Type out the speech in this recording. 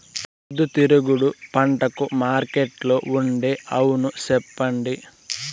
పొద్దుతిరుగుడు పంటకు మార్కెట్లో ఉండే అవును చెప్పండి?